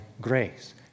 grace